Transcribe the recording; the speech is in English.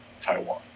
Taiwan